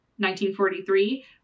1943